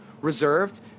reserved